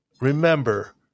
remember